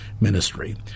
ministry